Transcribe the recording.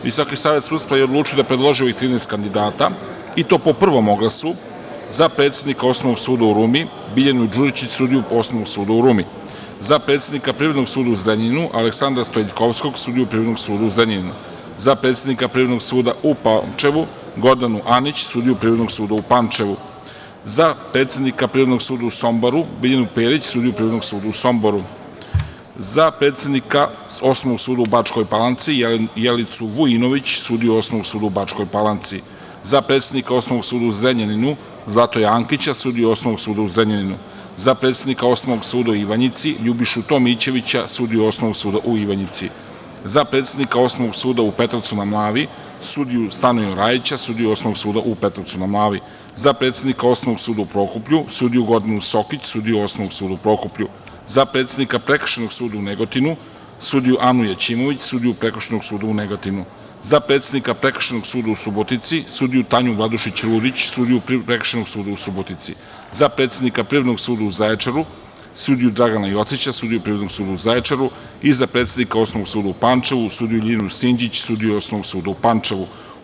Visoki savet sudstva je odlučio da predloži ovih 13 kandidata, i to po prvom oglasu, za predsednika Osnovnog suda u Rumi, Biljanu Đuričić, sudiju Osnovnog suda u Rumi; za predsednika Privrednog suda u Zrenjaninu Aleksandra Stojiljkovskog, sudiju Privrednog suda u Zrenjaninu; za predsednika Privrednog suda u Pančevu Gordanu Anić, sudiju Privrednog suda u Pančevu; za predsednika Privrednog suda u Somboru Biljanu Perić, sudiju Privrednog suda u Somboru; za predsednika Osnovnog suda u Bačkoj Palanci Jelicu Vujinović, sudiju Osnovnog suda u Bačkoj Palanci; za predsednika Osnovnog suda u Zrenjaninu Zlatoja Ankića, sudiju Osnovnog suda u Zrenjaninu; za predsednika Osnovnog suda u Ivanjici Ljubišu Tomićevića, sudiju Osnovnog suda u Ivanjici; za predsednika Osnovnog suda u Petrovcu na Mlavi sudiju Stanoja Rajića, sudiju Osnovnog suda u Petrovcu na Mlavi; za predsednika Osnovnog suda u Prokuplju sudiju Gordanu Sokić, sudiju Osnovnog suda u Prokuplju; za predsednika Prekršajnog suda u Negotinu sudiju Anu Jaćimović, sudiju Prekršajnog suda u Negotinu; za predsednika Prekršajnog suda u Subotici sudiju Tanju Vladušić Rudić, sudiju Prekršajnog suda u Subotici; za predsednika Privrednog suda u Zaječaru sudiju Dragana Jocića, sudiju Privrednog suda u Zaječaru i za predsednika Osnovnog suda u Pančevu sudiju Ljiljanu Sinđić, sudiju Osnovnog suda u Pančevu.